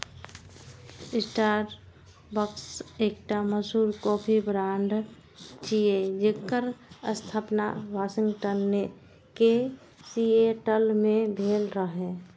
Starbucks एकटा मशहूर coffee brand छियै, जेकर स्थापना वाशिंगटन के सिएटल मे भेल रहै